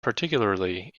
particularly